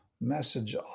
message